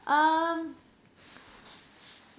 um